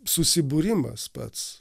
susibūrimas pats